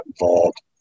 involved